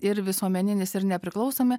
ir visuomeninis ir nepriklausomi